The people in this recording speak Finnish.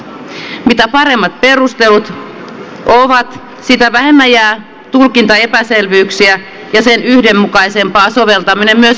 mitä paremmat perustelut ovat sitä vähemmän jää tulkintaepäselvyyksiä ja sen yhdenmukaisempaa soveltaminen myös viranomaisissa on